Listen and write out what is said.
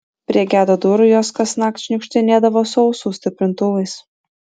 prie gedo durų jos kasnakt šniukštinėdavo su ausų stiprintuvais